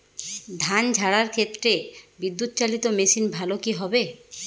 ধান ঝারার ক্ষেত্রে বিদুৎচালীত মেশিন ভালো কি হবে?